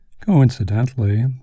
Coincidentally